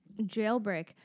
Jailbreak